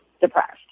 depressed